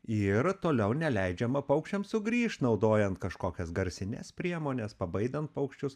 ir toliau neleidžiama paukščiam sugrįš naudojant kažkokias garsines priemones pabaidant paukščius